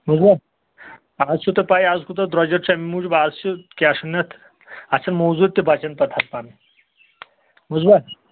بوٗزوا از چھُو تۄہہِ پَے از کوٗتاہ درٛۅجر چھُ اَمہِ موٗجوٗب از چھُ کیٛاہ چھِ وَنان اَتھ اَسہِ چھِ موٚزوٗرۍ تہِ بَچن پَتہٕ حظ پَنٕنۍ بوٗزوا